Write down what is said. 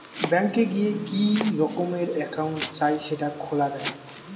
bank এ গিয়ে কি রকমের একাউন্ট চাই সেটা খোলা যায়